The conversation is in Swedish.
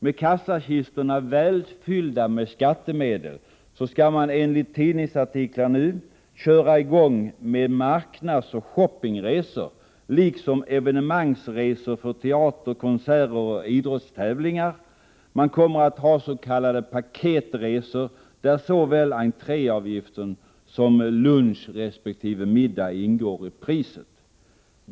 Med kassakistorna välfyllda av skattemedel skall man enligt tidningsuppgifter ”köra i gång med marknadsoch shoppingresor, liksom med evenemangsresor för teaterföreställningar, konserter och idrottstävlingar. Man kommer att has.k. paketresor, där såväl entréavgifter som lunch/middag ingår i priset”.